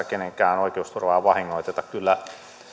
kenenkään oikeusturvaa vahingoiteta kyllä